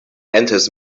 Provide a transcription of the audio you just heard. enters